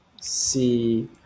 see